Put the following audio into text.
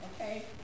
okay